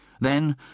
Then